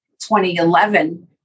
2011